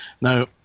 now